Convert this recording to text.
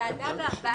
הישיבה ננעלה בשעה